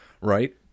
Right